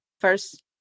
first